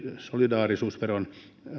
solidaarisuusveron osalta